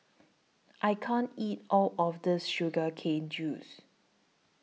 I can't eat All of This Sugar Cane Juice